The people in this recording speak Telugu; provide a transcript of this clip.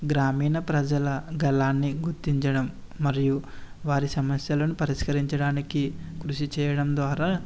గ్రామీణ ప్రజల గళాన్ని గుర్తించడం మరియు వారి సమస్యలను పరిష్కరించడానికి కృషి చేయడం ద్వారా